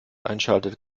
einschaltet